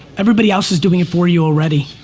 everybody else is doing it for you already.